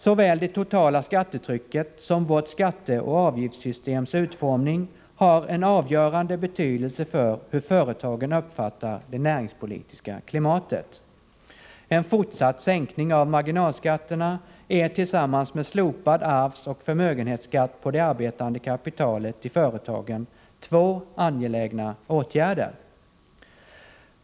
Såväl det totala skattetrycket som vårt skatteoch avgiftssystems utformning har en avgörande betydelse för hur företagen uppfattar det näringspolitiska klimatet. En fortsatt sänkning av marginalskatterna är tillsammans med slopad arvsoch förmögenhetsskatt på det arbetande kapitalet i företagen två angelägna åtgärder.